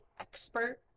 expert